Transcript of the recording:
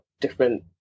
different